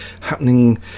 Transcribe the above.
happening